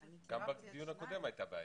לא מעניין אותי מה היה,